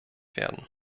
werden